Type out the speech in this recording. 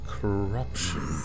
Corruption